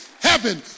heaven